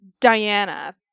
Diana